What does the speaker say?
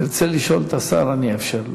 ירצה לשאול את השר, אני אאפשר לו.